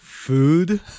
Food